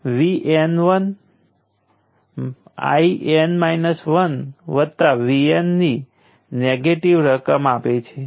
અને તે કરંટ કેટલો છે તે યાદ રહેશે કે મેં આને સીધી રેખાના ભાગો તરીકે લીધા છે